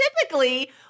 typically